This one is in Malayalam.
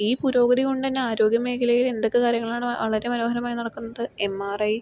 ഈ പുരോഗതി കൊണ്ടുതന്നെ ആരോഗ്യമേഖലയിൽ എന്തൊക്കെ കാര്യങ്ങളാണ് വളരെ മനോഹരമായി നടക്കുന്നത് എം ആർ ഐ